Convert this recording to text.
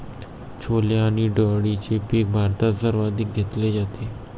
छोले आणि डाळीचे पीक भारतात सर्वाधिक घेतले जाते